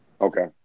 Okay